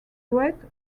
red